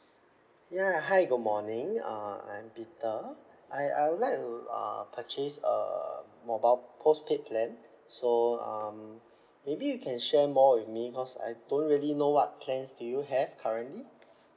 ya hi good morning uh I'm peter I I would like to uh purchase a mobile postpaid plan so um maybe you can share more with me cause I don't really know what plans do you have currently